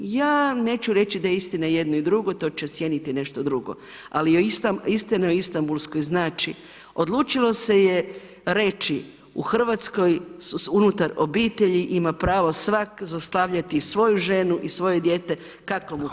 Ja neću reći da je istina jedno i drugo, to će ocijeniti nešto drugo, ali Istina o Istanbulskoj znači odlučilo se je reći u Hrvatskoj unutar obitelji ima pravo svak zlostavljati svoju ženu i svoje dijete kad kome padne na pamet.